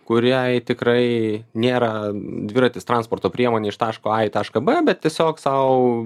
kuriai tikrai nėra dviratis transporto priemonė iš taško a į tašką b bet tiesiog sau